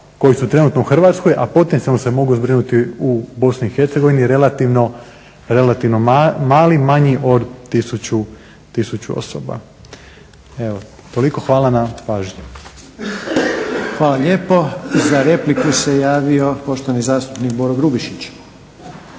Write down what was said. koji su trenutno u Hrvatskoj, a potencijalno se mogu zbrinuti u Bosni i Hercegovini relativno mali, manji od tisuću osoba. Evo toliko, hvala na pažnji. **Reiner, Željko (HDZ)** Hvala lijepo. Za repliku se javio poštovani zastupnik Boro Grubišić.